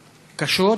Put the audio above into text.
קשות,